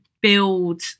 build